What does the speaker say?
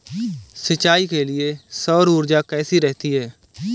सिंचाई के लिए सौर ऊर्जा कैसी रहती है?